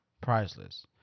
Priceless